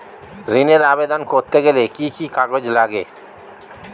ঋণের আবেদন করতে গেলে কি কি কাগজ লাগে?